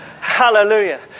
Hallelujah